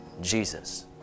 Jesus